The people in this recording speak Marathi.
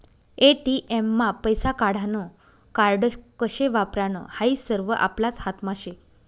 ए.टी.एम मा पैसा काढानं कार्ड कशे वापरानं हायी सरवं आपलाच हातमा शे